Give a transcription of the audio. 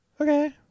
Okay